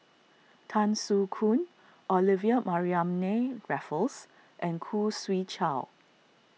Tan Soo Khoon Olivia Mariamne Raffles and Khoo Swee Chiow